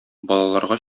балаларга